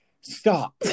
stop